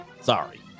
Sorry